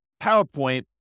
PowerPoint